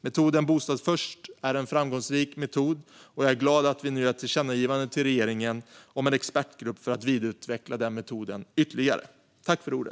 Metoden Bostad först är en framgångsrik metod, och jag är glad att vi nu gör ett tillkännagivande till regeringen om en expertgrupp för att vidareutveckla den metoden ytterligare.